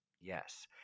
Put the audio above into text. yes